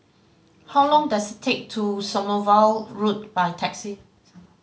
how long does take to Sommerville Road by taxi